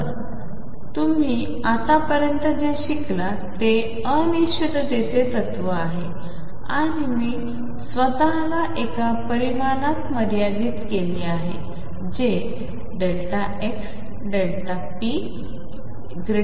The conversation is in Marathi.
तर तुम्ही आतापर्यंत जे शिकलात ते अनिश्चिततेचे तत्व आहे आणि मी स्वतःला एका परिमाणात मर्यादित केले आहे जे xΔp≥2